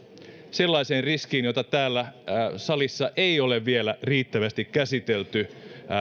sellaiseen riskiin jota täällä salissa ei ole vielä riittävästi käsitelty